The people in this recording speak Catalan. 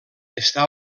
està